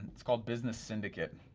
it's called business syndicate.